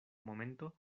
momento